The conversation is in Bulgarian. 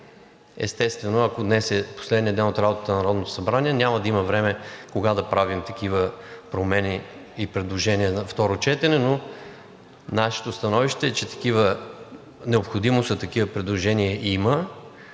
Естествено, ако днес е последният ден от работата на Народното събрание, няма да има време да правим такива промени и предложения на второ четене, но нашето становище е, че необходимост от такива предложения има,